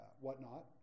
whatnot